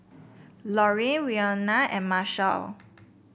Lorean Wynona and Marshall